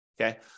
Okay